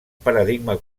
paradigma